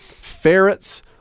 Ferrets